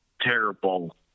terrible